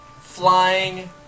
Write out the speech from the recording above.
flying